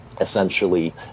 essentially